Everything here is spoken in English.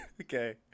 Okay